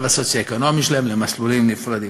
הסוציו-אקונומי שלהם למסלולים נפרדים.